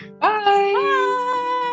Bye